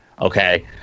okay